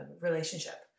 relationship